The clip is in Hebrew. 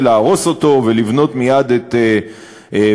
להרוס אותו ולבנות מייד את בית-המקדש.